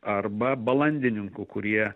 arba balandininkų kurie